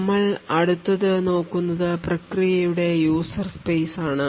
നമ്മൾ അടുത്തത് നോക്കുന്നത് പ്രക്രിയയുടെ user space ആണ്